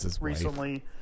Recently